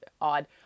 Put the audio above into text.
odd